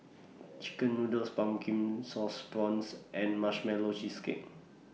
Chicken Noodles Pumpkin Sauce Prawns and Marshmallow Cheesecake